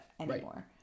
anymore